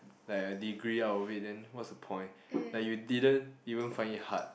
like a degree out of it then what's the point like you didn't even find it hard